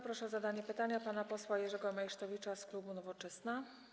Proszę o zadanie pytania pana posła Jerzego Meysztowicza z klubu Nowoczesna.